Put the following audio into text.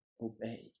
obey